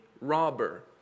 robber